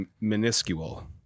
minuscule